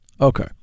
Okay